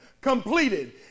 completed